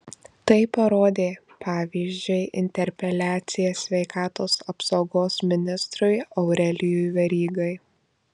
tai parodė pavyzdžiui interpeliacija sveikatos apsaugos ministrui aurelijui verygai